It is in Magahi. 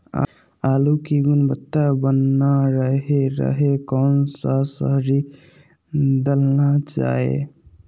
आलू की गुनबता बना रहे रहे कौन सा शहरी दलना चाये?